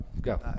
go